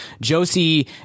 Josie